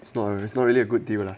it's not it's not really a good deal lah